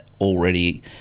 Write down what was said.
already